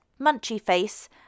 munchyface